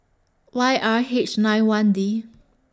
Y R H nine one D